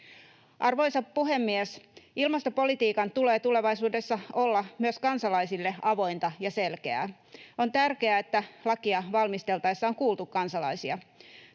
Arvoisa puhemies! Ilmastopolitiikan tulee tulevaisuudessa olla myös kansalaisille avointa ja selkeää. On tärkeää, että lakia valmisteltaessa on kuultu kansalaisia.